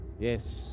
Yes